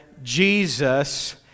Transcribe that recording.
Jesus